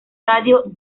radio